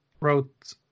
wrote